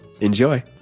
Enjoy